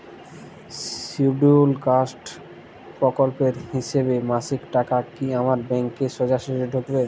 Scheduled caste প্রকল্পের হিসেবে মাসিক টাকা কি আমার ব্যাংকে সোজাসুজি ঢুকবে?